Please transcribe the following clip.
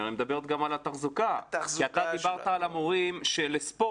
היא מדברת גם על התחזוקה כי אתה דיברת על המורים לספורט,